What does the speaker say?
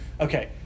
okay